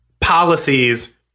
policies